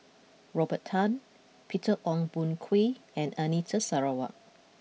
Robert Tan Peter Ong Boon Kwee and Anita Sarawak